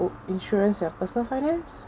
insurance you have personal finance